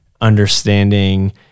understanding